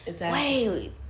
Wait